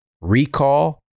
recall